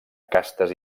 castes